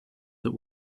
that